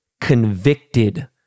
convicted